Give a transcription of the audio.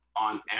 on